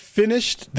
finished